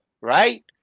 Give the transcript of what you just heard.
right